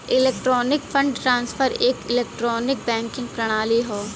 electronic fund transfer एक electronic banking प्रणाली हौ